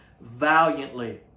valiantly